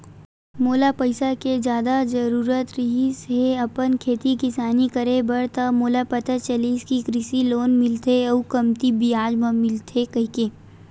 मोला पइसा के जादा जरुरत रिहिस हे अपन खेती किसानी करे बर त मोला पता चलिस कि कृषि लोन मिलथे अउ कमती बियाज म मिलथे कहिके